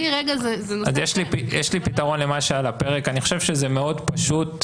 יש לי פתרון למה שעל הפרק אני חושב שזה מאוד פשוט.